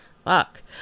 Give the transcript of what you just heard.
Fuck